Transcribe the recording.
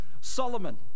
Solomon